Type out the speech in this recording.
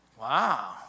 Wow